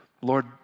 Lord